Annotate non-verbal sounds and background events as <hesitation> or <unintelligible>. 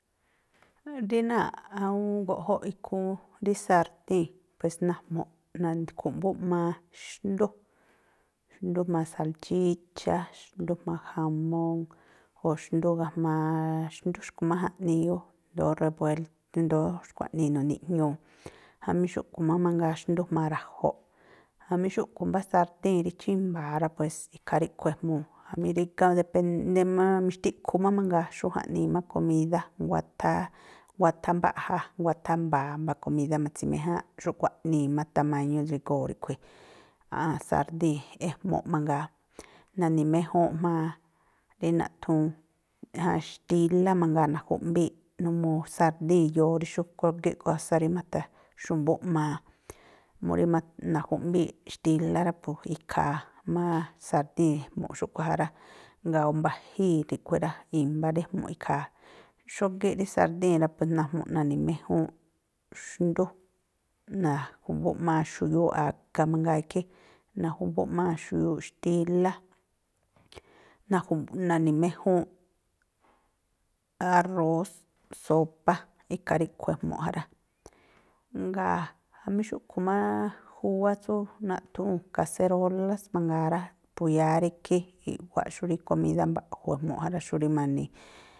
Rí náa̱ꞌ awúún goꞌjóꞌ ikhúún, rí sartíi̱n, pues najmu̱ꞌ na̱khu̱mbúꞌmaa xndú, xndú jma̱a salchíchá, xndú jma̱a jamón, o̱ xndú ga̱jma̱a xndú xkui̱ má jaꞌnii ú. I̱ndóó, <unintelligible> i̱ndóó xkua̱ꞌnii na̱niꞌjñuu, jamí xúꞌkhui̱ má mangaa xndú jma̱a ra̱jo̱ꞌ. Jamí xúꞌkhui̱ mbá sartíi̱n rí chímba̱a̱ rá, pues ikhaa ríꞌkhui̱ ejmuu̱, jamí rígá depéndé má, mixtiꞌkhu má mangaa xú jaꞌnii má komídá, nguáthá, nguáthá mbaꞌja, nguáthá mba̱a̱ mbá komídá ma̱tsi̱méjáánꞌ, xúꞌkhui̱ aꞌnii má tamáñú drígóo̱ ríꞌkhui̱ <hesitation> sardíi̱n ejmu̱ꞌ mangaa. Na̱ni̱méjúnꞌ jma̱a rí naꞌthúún jan xtílá mangaa. Na̱ju̱ꞌmbíi̱ꞌ numuu sardíi̱n iyoo xú kógíꞌ kósá rí matha̱xu̱mbúꞌmaa. Mú rí ma̱ na̱ju̱ꞌmbíi̱ꞌ xtílá rá, po ikhaa má sardíi̱n ejmu̱ꞌ xúꞌkhui̱ ja rá, jngáa̱ mba̱jíi̱ ríꞌkhui̱ rá, i̱mba̱ rí ejmu̱ꞌ ikhaa. Xógíꞌ rí sardíi̱n rá, pues najmu̱ꞌ na̱ni̱méjúnꞌ xndú, na̱ju̱mbúꞌmaa xuyuuꞌ a̱ga mangaa ikhí, na̱ju̱mbúꞌmaa xuyuuꞌ xtílá, na̱ju̱ꞌ na̱ni̱méjúúnꞌ arrós, sópá, ikhaa ríꞌkhui̱ ejmu̱ꞌ ja rá. Jngáa̱ jamí xúꞌkhui̱ má júwá tsú naꞌthúu̱n kaserólás mangaa rá, po yáá rí ikhí, i̱ꞌwáꞌ xú rí komídá mba̱ꞌju̱ ejmu̱ꞌ ja rá. Xú rí ma̱ni̱.